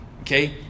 Okay